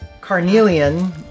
Carnelian